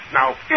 Now